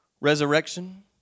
resurrection